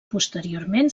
posteriorment